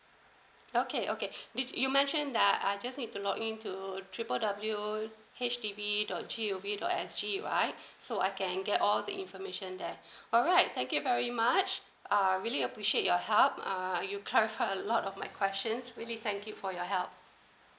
okay okay did you mention that I I just need to log in to tripled W H D B dot G_O_V dot S_G right so I can get all the information there alright thank you very much uh really appreciate uh you clarify a lot of my questions really thank you for your help